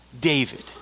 David